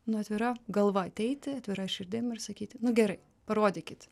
nu atvira galva ateiti atvira širdim ir sakyti nu gerai parodykit